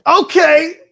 Okay